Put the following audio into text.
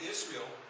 Israel